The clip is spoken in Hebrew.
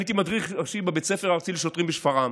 הייתי מדריך בבית הספר הארצי לשוטרים בשפרעם